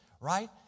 right